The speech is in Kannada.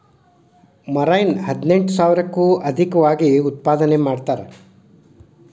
ಮರೈನ್ ಹದಿನೆಂಟು ಸಾವಿರಕ್ಕೂ ಅದೇಕವಾಗಿ ಉತ್ಪಾದನೆ ಮಾಡತಾರ